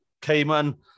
Cayman